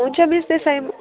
हुन्छ मिस